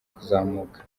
kuzamuka